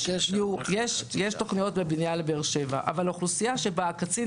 יש תוכניות לבנייה בבאר שבע אבל האוכלוסייה שבאה קצין